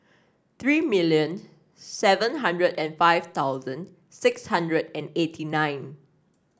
three million seven hundred and five thousand six hundred and eighty nine